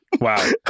Wow